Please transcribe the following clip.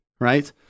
right